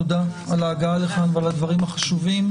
תודה על ההגעה לכאן ועל הדברים החשובים,